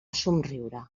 somriure